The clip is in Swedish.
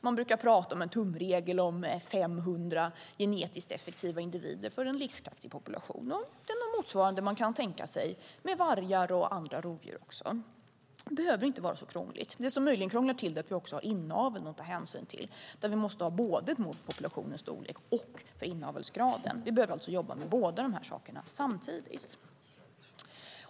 Man brukar tala om en tumregel på 500 genetiskt effektiva individer för en livskraftig population, och det är något motsvarande man kan tänka sig för vargar och andra rovdjur också. Det behöver inte vara så krångligt. Det som möjligen krånglar till det är att vi också har inaveln att ta hänsyn till. Vi måste både ha ett mått på populationens storlek och på inavelsgraden. Vi behöver alltså jobba med båda dessa saker samtidigt.